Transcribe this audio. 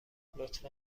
لطفا